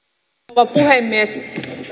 rouva puhemies